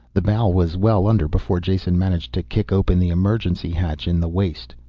the bow was well under before jason managed to kick open the emergency hatch in the waist.